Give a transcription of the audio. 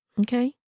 Okay